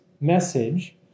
message